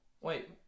Wait